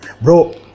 bro